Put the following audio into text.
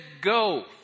go